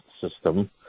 system